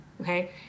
okay